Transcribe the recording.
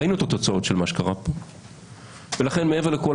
ראינו את התוצאות של מה שקרה פה.